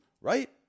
right